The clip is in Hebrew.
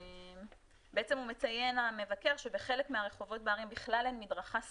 בעצם המבקר מציין שבחלק מהרחובות בערים בכלל אין מדרכה סלולה,